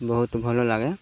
ବହୁତ ଭଲ ଲାଗେ